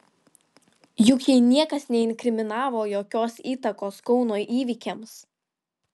juk jai niekas neinkriminavo jokios įtakos kauno įvykiams